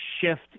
shift